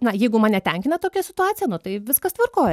na jeigu mane tenkina tokia situacija nu tai viskas tvarkoj